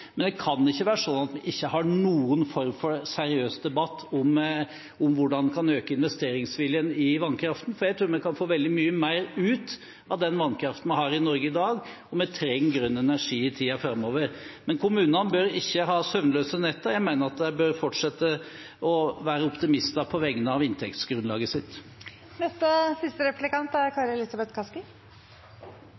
men det kan ikke være sånn at man ikke har noen form for seriøs debatt om hvordan man kan øke investeringsviljen i vannkraften, for jeg tror vi kan få veldig mye mer ut av den vannkraften vi har i Norge i dag, og vi trenger grønn energi i tiden framover. Men kommunene bør ikke ha søvnløse netter. Jeg mener de fortsatt bør være optimister på vegne av inntektsgrunnlaget sitt.